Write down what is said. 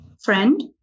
Friend